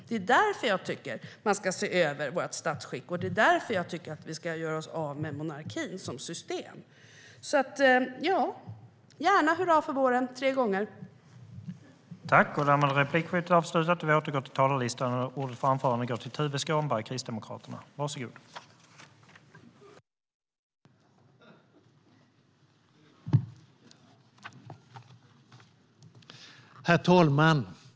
Det är därför jag tycker att man ska se över vårt statsskick, och det är därför jag tycker att vi ska göra oss av med monarkin som system.